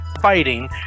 fighting